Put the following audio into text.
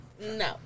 No